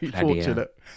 fortunate